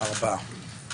ארבעה.